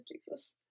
Jesus